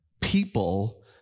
people